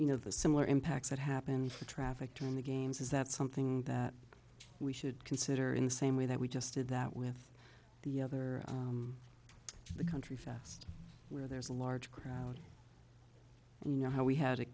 you know the similar impacts that happen for traffic during the games is that something that we should consider in the same way that we just did that with the other the country fast where there's a large crowd and you know how we had a